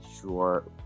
sure